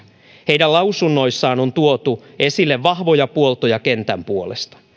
heidän lausunnoissaan on tuotu esille vahvoja puoltoja kentän puolesta